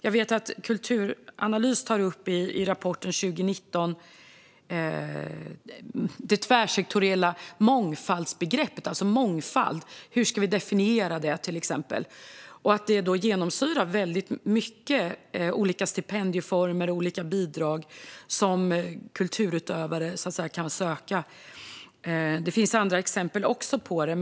Jag vet att Kulturanalys i rapporten Kulturanalys 2019 tar upp det tvärsektoriella mångfaldsbegreppet. Hur ska vi till exempel definiera mångfald? Det genomsyrar väldigt mycket - olika stipendieformer och olika bidrag som kulturutövare kan söka. Det finns också andra exempel på det.